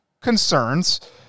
concerns